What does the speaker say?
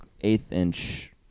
eighth-inch